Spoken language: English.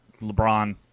LeBron